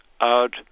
out